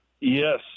Yes